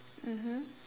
mmhmm